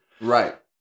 Right